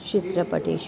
चित्रपटेषु